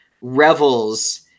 revels